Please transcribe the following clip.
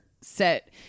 set